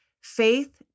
faith